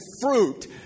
fruit